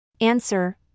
Answer